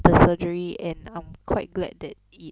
the surgery and I'm quite glad that it